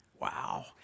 Wow